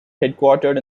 headquartered